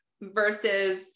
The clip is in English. versus